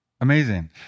amazing